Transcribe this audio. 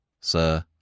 Sir